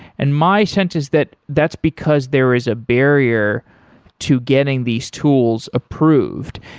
and my sense is that that's because there is a barrier to getting these tools approved.